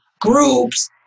groups